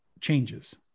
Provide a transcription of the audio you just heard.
changes